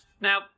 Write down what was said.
Now